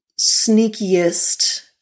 sneakiest